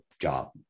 job